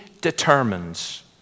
determines